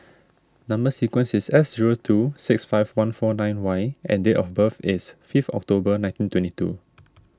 Number Sequence is S zero two six five one four nine Y and date of birth is fifth October nineteen twenty two